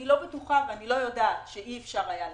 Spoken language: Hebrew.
אני לא בטוחה ואני לא יודעת שאי אפשר היה למנוע,